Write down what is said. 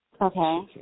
Okay